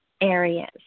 areas